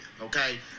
okay